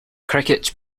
crickets